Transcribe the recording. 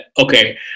okay –